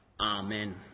Amen